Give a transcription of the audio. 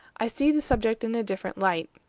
i see the subject in a different light.